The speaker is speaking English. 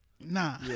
Nah